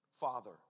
Father